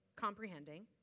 comprehending